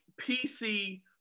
PC